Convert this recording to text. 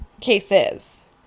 cases